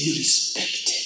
respected